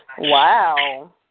Wow